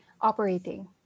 operating